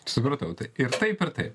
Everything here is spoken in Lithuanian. supratau tai ir taip ir taip